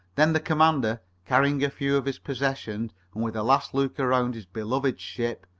then the commander, carrying a few of his possessions and with a last look around his beloved ship,